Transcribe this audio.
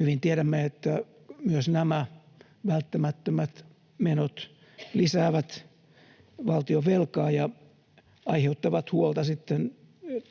Hyvin tiedämme, että myös nämä välttämättömät menot lisäävät valtionvelkaa ja aiheuttavat huolta sitten